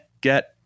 get